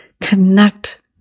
connect